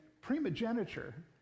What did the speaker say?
primogeniture